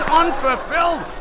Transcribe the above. unfulfilled